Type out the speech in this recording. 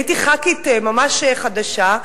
הייתי חברת כנסת ממש חדשה,